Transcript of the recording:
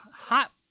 hot